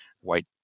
white